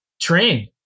train